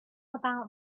about